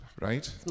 Right